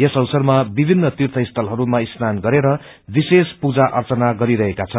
यस अवसरमा विभिन्न तीर्थस्थलहरूमा स्नान गरेर विशेष पूजा अर्चना गरिरहेका छन्